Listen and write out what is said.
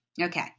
okay